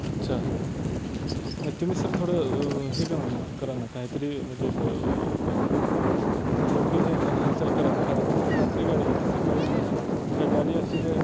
अच्छा नाही तुम्ही सर थोडं हे करा करा ना काहीतरी म्हणजे ब ब हां लवकर हे हालचाल करा ना कारण की तिथं रात्री गाडी होती सकाळी नाही मग काय गाडी अशी काय